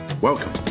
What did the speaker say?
welcome